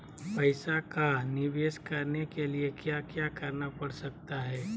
पैसा का निवेस करने के लिए क्या क्या करना पड़ सकता है?